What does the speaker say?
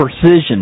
precision